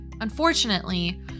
Unfortunately